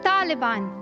Taliban